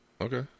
Okay